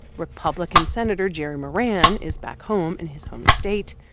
republican senator jerry moran is back home in his home state,